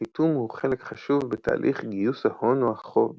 חיתום הוא חלק חשוב בתהליך גיוס ההון או החוב